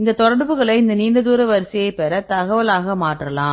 இந்த தொடர்புகளை இந்த நீண்ட தூர வரிசையைப் பெற தகவல் ஆக மாற்றலாம்